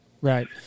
right